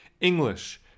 English